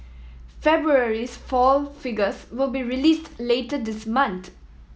February's foil figures will be released later this month